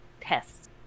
tests